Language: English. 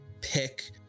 pick